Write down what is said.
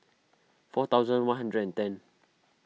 four thousand one hundred and ten